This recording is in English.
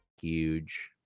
Huge